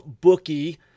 bookie